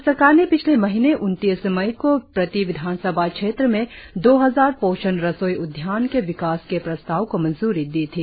राज्य सरकार ने पिछले महीने उनतीस मई को प्रति विधान सभा क्षेत्र में दो हजार पोषण रसोई उद्यान के विकास के प्रस्ताव को मंजूरी दी थी